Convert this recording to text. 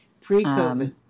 Pre-COVID